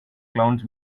clowns